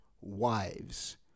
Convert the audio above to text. wives